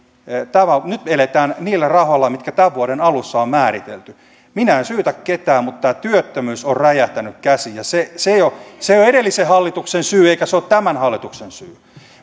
nyt eletään niillä rahoilla mitkä tämän vuoden alussa on määritelty minä en syytä ketään mutta työttömyys on räjähtänyt käsiin se se ei ole edellisen hallituksen syy eikä se ole tämän hallituksen syy